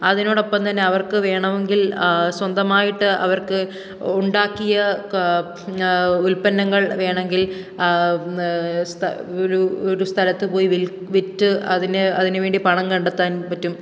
അതിനോടൊപ്പം തന്നെ അവർക്ക് വേണമെങ്കിൽ സ്വന്തമായിട്ട് അവർക്ക് ഉണ്ടാക്കിയ ഞാൻ ഉൽപ്പന്നങ്ങൾ വേണമെങ്കിൽ ഒരു ഒരു സ്ഥലത്ത് പോയി വിൽക്കാൻ വിറ്റ് അതിന് അതിന് വേണ്ടി പണം കണ്ടെത്താൻ പറ്റും